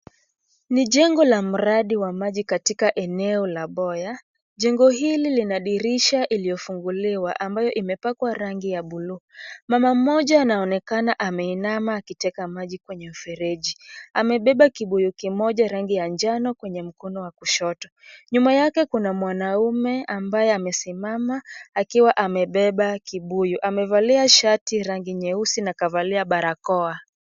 Ni jengo la mradi wa maji katika eneo la Boya. Jengo hili lina dirisha iliyofunguliwa ambayo imepakwa rangi ya buluu. Mama moja anaonekana ameinama akiteka maji kwenye mfereji, amebeba kibuyu kimoja rangi ya njano kwenye mkono wa kushoto. Nyuma yake kuna mwanaume ambaye amesimama akiwa amebeba kibuyu, amevalia shati rangi nyeusi na akavalia barakoa.